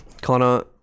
Connor